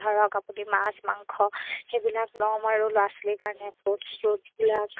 ধৰক আপুনি মাছ মাংস সেইবিলাক ল'ম আৰু ল'ৰা ছোৱালীৰ কাৰণে ফ্ৰুটছ চ্ৰুটছবিলাক